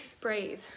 breathe